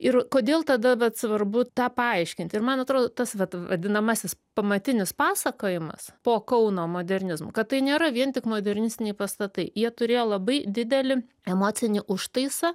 ir kodėl tada vat svarbu tą paaiškinti ir man atrodo tas vat vadinamasis pamatinis pasakojimas po kauno modernizmu kad tai nėra vien tik modernistiniai pastatai jie turėjo labai didelį emocinį užtaisą